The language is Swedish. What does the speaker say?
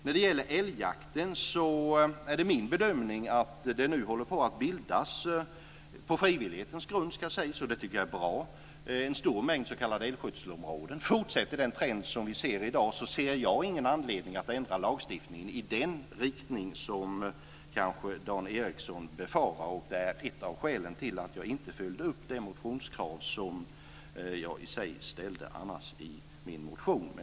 När det gäller älgjakten är det min bedömning att det nu håller på att bildas - på frivillighetens grund, ska sägas, vilket jag tycker är bra - en stor mängd s.k. Fortsätter den trend som vi ser i dag så ser jag ingen anledning att ändra lagstiftningen i den riktning som kanske Dan Ericsson befarar. Det är också ett av skälen till att jag inte följde upp det motionskrav som jag i och för sig ställde i min motion.